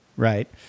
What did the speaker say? Right